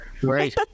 Great